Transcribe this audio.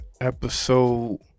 episode